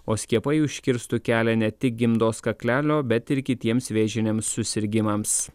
o skiepai užkirstų kelią ne tik gimdos kaklelio bet ir kitiems vėžiniams susirgimams